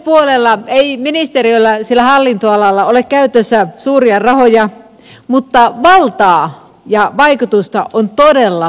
ympäristöpuolella ei ministeriöllä siellä hallintoalalla ole käytössä suuria rahoja mutta valtaa ja vaikutusta on todella paljon